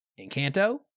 Encanto